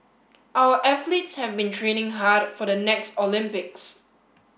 our athletes have been training hard for the next Olympics